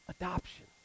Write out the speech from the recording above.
Adoption